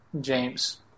James